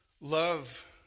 love